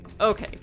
Okay